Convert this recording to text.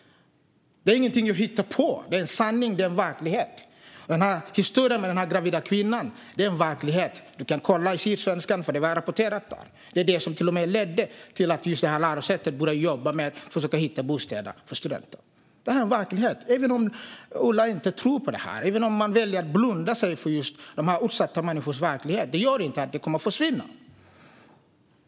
Det är ingenting jag hittar på. Det är sanningen. Det är verkligheten. Historien om den gravida kvinnan är verklighet. Ola Möller kan kolla i Sydsvenskan, där det rapporterades. Det var till och med det som ledde till att just det här lärosätet började jobba med att försöka hitta bostäder till studenter. Det här är verklighet, även om Ola Möller inte tror på det. Även om man väljer att blunda för just de här utsatta människornas verklighet kommer problemet inte att försvinna.